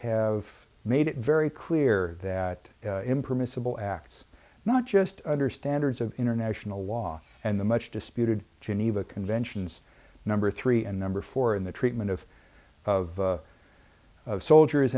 have made it very clear that impermissible acts not just under standards of international law and the much disputed geneva conventions number three and number four in the treatment of of soldiers